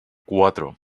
cuatro